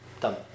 Done